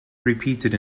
repeated